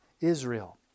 Israel